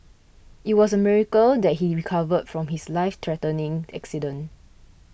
it was a miracle that he recovered from his life threatening accident